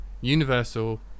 Universal